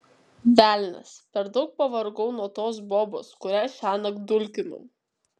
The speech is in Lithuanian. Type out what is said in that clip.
velnias per daug pavargau nuo tos bobos kurią šiąnakt dulkinau